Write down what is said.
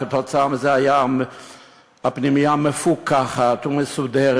וכתוצאה מזה הייתה הפנימייה מפוקחת ומסודרת.